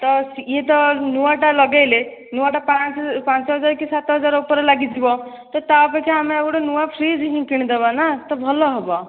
ତ ଇଏ ତ ନୂଆଟା ଲଗାଇଲେ ନୂଆଟା ପାଞ୍ଚ ହଜାର କି ସାତ ହଜାର ଉପରେ ଲାଗିଯିବ ତା ଅପେକ୍ଷା ଆମେ ଗୋଟେ ନୂଆ ଫ୍ରିଜ୍ ହିଁ କିଣି ଦେବା ନା ତ ଭଲ ହେବ